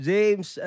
James